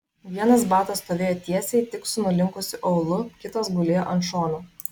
vienas batas stovėjo tiesiai tik su nulinkusiu aulu kitas gulėjo ant šono